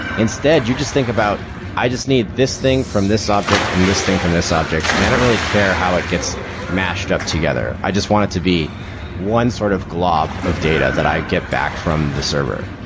instead you just think about, i just need this thing from this object and this thing from this object, and i don't really care how it gets mashed up together. i just want it to be one sort of glob of data that i get back from the server.